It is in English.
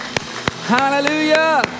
Hallelujah